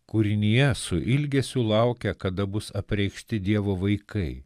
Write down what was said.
kūrinija su ilgesiu laukia kada bus apreikšti dievo vaikai